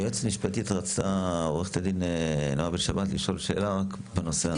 היועצת המשפטית נעה בן שבת רצתה לשאול שאלה בנושא הזה.